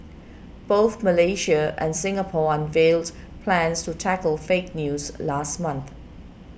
both Malaysia and Singapore unveiled plans to tackle fake news last month